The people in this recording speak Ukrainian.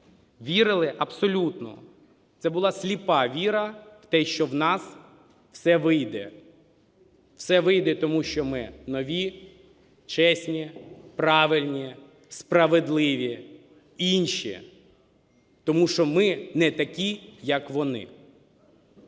вірили абсолютно. Це була сліпа віра в те, що в нас все вийде. Все вийде тому, що ми нові, чесні, правильні, справедливі, інші, тому що ми не такі, як вони.